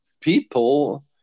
people